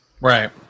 right